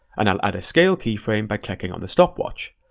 and i'll add a scale keyframe by clicking on the stopwatch.